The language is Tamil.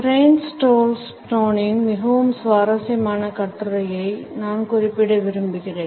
கரேன் ஸ்டோல்ஸ்னோவின் மிகவும் சுவாரஸ்யமான கட்டுரையை நான் குறிப்பிட விரும்புகிறேன்